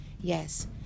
Yes